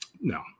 No